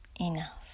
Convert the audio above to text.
Enough